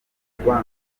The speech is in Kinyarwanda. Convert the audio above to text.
uregwa